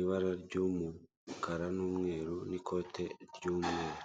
ibara ry'umukara n'umweru n'ikote ry'umweru.